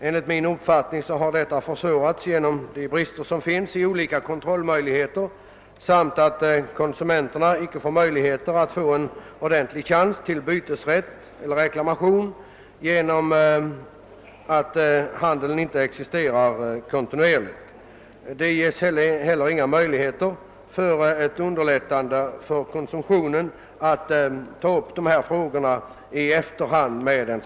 Enligt min uppfattning är kontrollmöjligheterna bristfälliga när det gäller den tillfälliga handeln med livsmedel och blommor. Konsumenterna får inte en ordentlig chans till bytesrätt eller reklamation, eftersom denna handel inte är av kontinuerlig karaktär. Det finns inte heller några möjligheter för konsumenterna att i efterhand ta upp sådana frågor med säljaren.